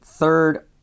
third